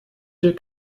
dir